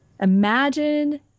imagine